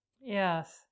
Yes